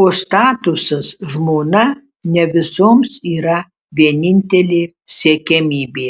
o statusas žmona ne visoms yra vienintelė siekiamybė